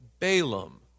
Balaam